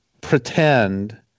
pretend